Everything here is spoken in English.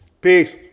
Peace